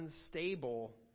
unstable